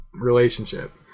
relationship